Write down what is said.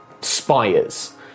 spires